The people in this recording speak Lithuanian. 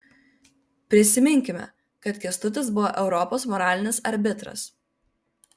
prisiminkime kad kęstutis buvo europos moralinis arbitras